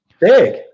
Big